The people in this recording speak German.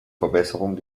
verbesserung